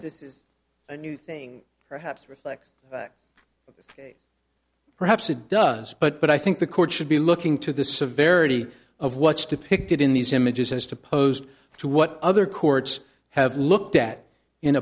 this is a new thing perhaps reflects perhaps it does but i think the court should be looking to the severity of what's depicted in these images as to pose to what other courts have looked at in